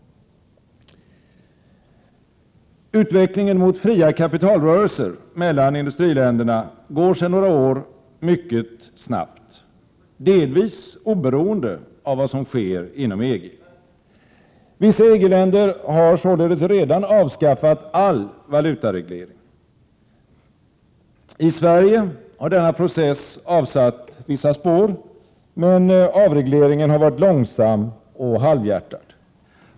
Utvecklingen mot fria kapitalrörelser mellan industriländerna går sedan några år tillbaka mycket snabbt, delvis oberoende av vad som sker inom EG. Vissa EG-länder har således redan avskaffat all valutareglering. I Sverige har denna process avsatt vissa spår, men avregleringen har varit långsam och halvhjärtad.